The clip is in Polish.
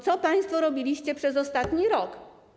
Co państwo robiliście przez ostatni rok?